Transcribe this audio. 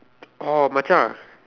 oh Macha